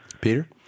Peter